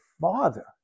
father